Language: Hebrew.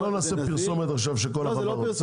לא נעשה פרסומת עכשיו של כל החברות.